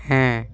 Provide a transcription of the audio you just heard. হ্যাঁ